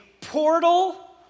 portal